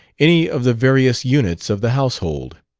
any of the various units of the household.